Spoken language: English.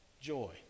joy